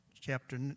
chapter